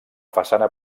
façana